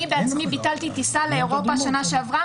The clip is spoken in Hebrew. אני עצמי ביטלתי טיסה לאירופה בשנה שעברה